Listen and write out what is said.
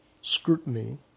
scrutiny